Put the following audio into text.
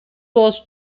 was